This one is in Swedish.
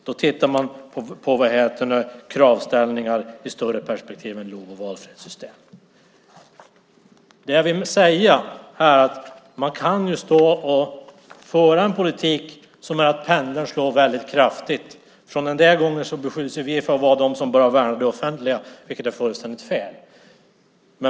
Man tittar på kravställningar i större perspektiv än lagen om valfrihetssystem. Det jag vill säga är att man ju kan föra en politik så att pendeln slår väldigt kraftigt. En del gånger beskylls vi för att vara de som bara värnar det offentliga, vilket är fullständigt fel.